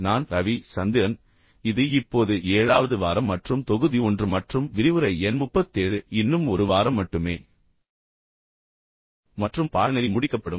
நான் ரவி சந்திரன் இது இப்போது ஏழாவது வாரம் மற்றும் தொகுதி ஒன்று மற்றும் விரிவுரை எண் முப்பத்தேழு இன்னும் ஒரு வாரம் மட்டுமே மற்றும் பாடநெறி முடிக்கப்படும்